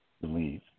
believe